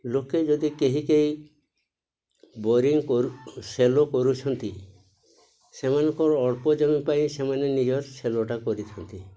ଲୋକେ ଯଦି କେହି କେହି ବୋରିଂ କରୁ ସେଲ କରୁଛନ୍ତି ସେମାନଙ୍କ ଅଳ୍ପ ଜମି ପାଇଁ ସେମାନେ ନିଜ ସେଲଟା କରିଥାନ୍ତି